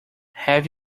have